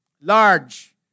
large